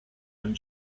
and